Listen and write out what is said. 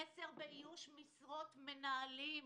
חסר באיוש משרות מנהלים.